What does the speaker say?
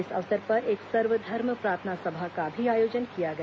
इस अवसर पर एक सर्वधर्म प्रार्थना सभा का भी आयोजन किया गया